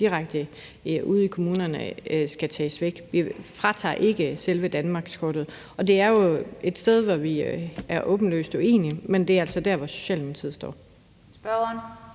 direkte ude i kommunerne skal tages væk. Vi fjerner ikke selve danmarkskortet. Det er jo et sted, hvor vi er åbenlyst uenige, men det er altså der, Socialdemokratiet står.